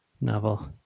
novel